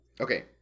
Okay